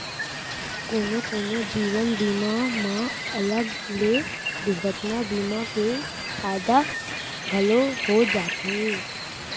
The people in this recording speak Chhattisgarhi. कोनो कोनो जीवन बीमा म अलग ले दुरघटना बीमा के फायदा घलौ हो जाथे